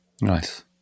Nice